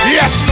Yes